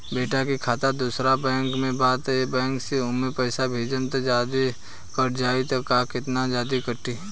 बेटा के खाता दोसर बैंक में बा त ए बैंक से ओमे पैसा भेजम त जादे कट जायी का त केतना जादे कटी?